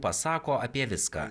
pasako apie viską